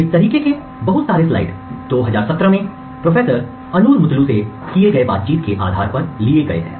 इस तरीके के बहुत सारे स्लाइड 2017 में प्रोफेसर अनुर मुतलू से किए गए बातचीत के आधार पर लिए गए हैं